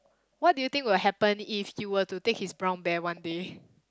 what do you think will happen if you were take to his brown bear one day